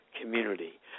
community